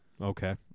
Okay